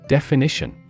Definition